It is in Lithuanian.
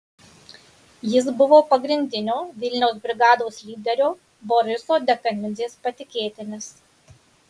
jis buvo pagrindinio vilniaus brigados lyderio boriso dekanidzės patikėtinis